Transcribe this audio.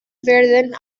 werden